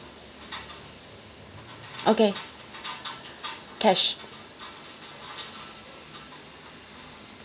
okay cash